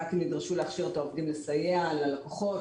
הבנקים נדרשו להכשיר את העובדים לסייע ללקוחות,